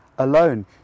Alone